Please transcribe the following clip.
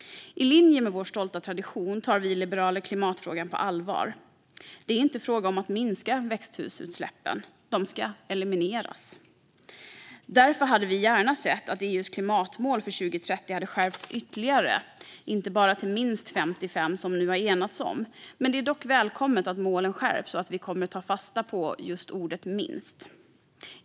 I linje med vår stolta tradition tar vi liberaler klimatfrågan på allvar. Det är inte fråga om att minska växthusutsläppen; de ska elimineras. Därför hade vi gärna sett att EU:s klimatmål för 2030 skärpts ytterligare, inte bara till minst 55 procent, som vi nu enats om. Det är dock välkommet att målen skärps, och vi kommer att ta fasta på just ordet "minst".